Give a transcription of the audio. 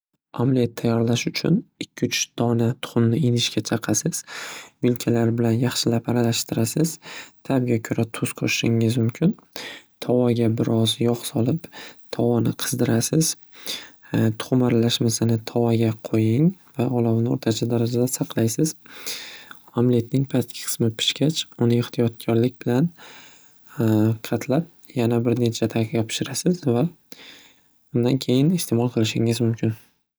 Amlet tayyorlash uchun ikki uch dona tuxumni idishga chaqasiz. Vilkalar bilan yaxshilab aralashtirasiz. Tabga ko'ra tuz qo'shishingiz mumkin. Tovoga biroz yog' solib, tovoni biroz qizdirasiz. Tuxum aralashmasini tovoga quying va olovni o'rtacha darajada saqlaysiz. Amletning pastki qismi pishgach, uni ehtiyotkorlik bilan qatlab, yana bir necha daqiqa pishirasiz va undan keyin iste'mol qilishingiz mumkin.